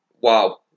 wow